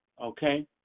Okay